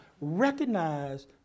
recognize